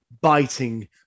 biting